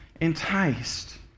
enticed